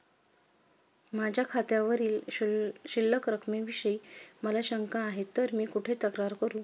माझ्या खात्यावरील शिल्लक रकमेविषयी मला शंका आहे तर मी कुठे तक्रार करू?